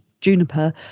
juniper